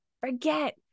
forget